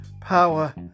power